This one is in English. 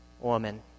woman